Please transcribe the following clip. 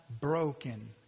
broken